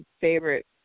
favorite